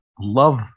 love